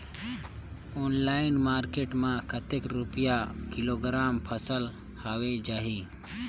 Online market मां कतेक रुपिया किलोग्राम फसल हवे जाही?